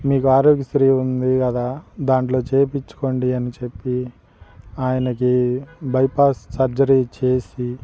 మీకు ఆరోగ్యశ్రీ ఉంది కదా దాంట్లో చేపించుకోండి అని చెప్పి ఆయనకి బైపాస్ సర్జరీ చేసి